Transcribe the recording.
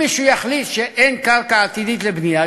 אם מישהו יחליט שאין קרקע עתידית לבנייה,